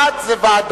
בעד זה ועדה.